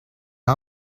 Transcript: our